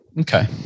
Okay